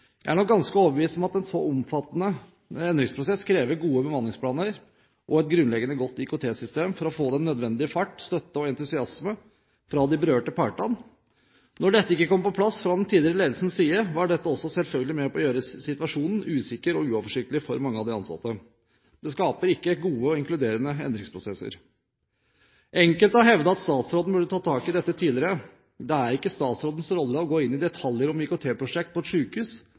Jeg er nok ganske overbevist om at en så omfattende endringsprosess krever gode bemanningsplaner og et grunnleggende godt IKT-system for å få den nødvendige fart, støtte og entusiasme fra de berørte parter. Når dette ikke kom på plass fra den tidligere ledelsens side, var dette også selvfølgelig med på å gjøre situasjonen usikker og uoversiktlig for mange av de ansatte. Det skaper ikke gode og inkluderende endringsprosesser. Enkelte har hevdet at statsråden burde ha tatt tak i dette tidligere. Det er ikke statsrådens rolle å gå inn i detaljer om IKT-prosjekt på et